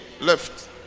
left